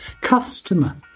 customer